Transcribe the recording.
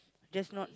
just not